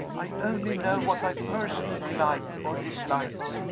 i only know what i personally like or dislike.